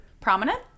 prominent